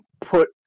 put